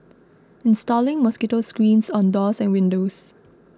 installing mosquito screens on doors and windows